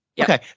Okay